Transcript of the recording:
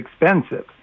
expensive